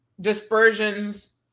dispersions